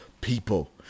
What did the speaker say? people